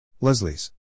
Leslie's